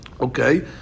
Okay